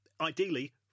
ideally